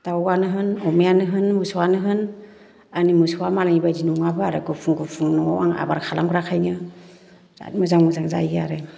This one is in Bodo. दाउवानो होन अमायानो होन मोसौआनो होन आंनि मोसौआ मालायनि बायदि नङाबो आरो गुफुं गुफुं न'आव आं आबार खालामग्राखायनो बिराथ मोजां मोजां जायो आरो